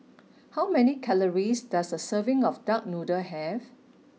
how many calories does a serving of Duck Noodle have